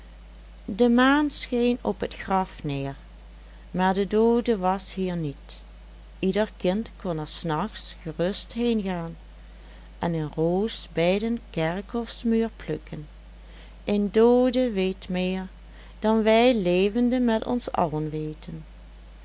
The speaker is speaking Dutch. de maan scheen op het graf neer maar de doode was hier niet ieder kind kon er s nachts gerust heengaan en een roos bij den kerkhofsmuur plukken een doode weet meer dan wij levenden met ons allen weten